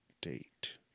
date